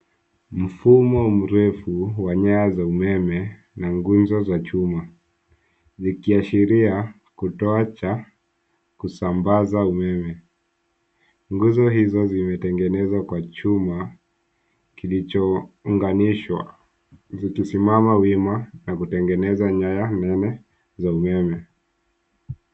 Mfumo mrefu wa nyaya za umeme na nguzo za chuma likiashiria kituo cha kusambaza umeme. Nguzo hizo zimetegenezwa kwa chuma kilichounganishwa ili kusimama wima na kutegeneza nyaya nene za umeme.